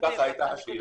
ככה הייתה השאלה.